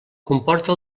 comporta